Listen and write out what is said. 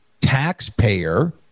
taxpayer